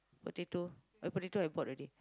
potato oh potato I bought already